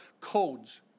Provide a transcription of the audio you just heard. codes